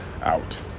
out